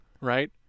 right